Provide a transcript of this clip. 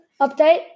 update